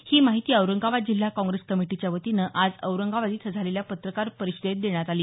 ही माहिती औरंगाबाद जिल्हा काँग्रेस कमिटीच्या वतीनं आज औरंगाबाद इथं झालेल्या पत्रकार परिषदेत देण्यात आली